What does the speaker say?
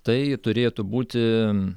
tai turėtų būti